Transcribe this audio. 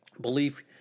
belief